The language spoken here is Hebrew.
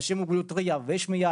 אנשים עם מוגבלות ראייה ושמיעה,